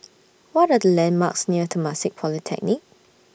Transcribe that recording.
What Are The landmarks near Temasek Polytechnic